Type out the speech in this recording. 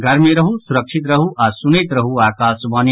घर मे रहू सुरक्षित रहू आ सुनैत रहू आकाशवाणी